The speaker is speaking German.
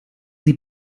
sie